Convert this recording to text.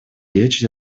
речь